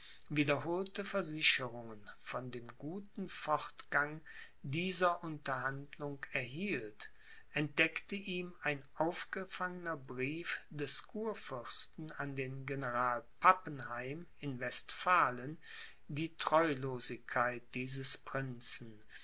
wiederholte versicherungen von dem guten fortgang dieser unterhandlung erhielt entdeckte ihm ein aufgefangener brief des kurfürsten an den general pappenheim in westphalen die treulosigkeit dieses prinzen